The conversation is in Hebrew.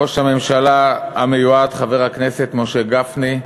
ראש הממשלה המיועד חבר הכנסת משה גפני,